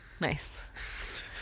nice